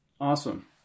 Awesome